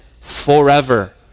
forever